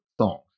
songs